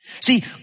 See